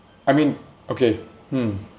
I mean okay hmm